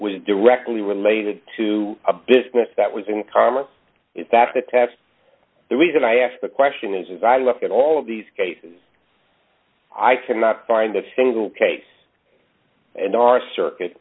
was directly related to a business that was in common that's the test the reason i ask the question is as i look at all of these cases i cannot find a single case and our circuit